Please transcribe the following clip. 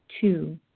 Two